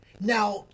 Now